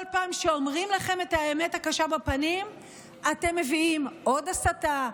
כל פעם שאומרים לכם את האמת הקשה בפנים אתם מביאים עוד הסתה,